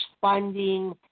funding